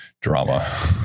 drama